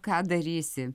ką darysi